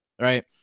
right